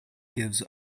gives